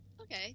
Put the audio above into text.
Okay